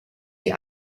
die